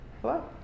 Hello